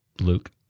Luke